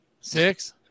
Six